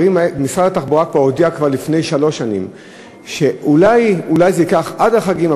משרד התחבורה הודיע כבר לפני שלוש שנים שאולי זה ייקח עד החגים,